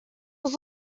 was